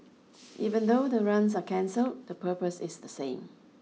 even though the runs are cancel the purpose is the same